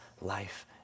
life